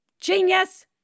Genius